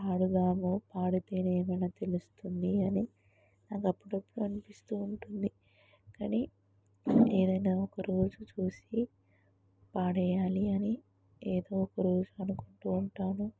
పాడుదాము పాడితే ఏమైనా తెలుస్తుంది అని నాకు అప్పుడప్పుడు అనిపిస్తు ఉంటుంది కానీ ఏదైనా ఒక రోజు చూసి పాడాలి అని ఏదో ఒక రోజు అనుకుంటు ఉంటాను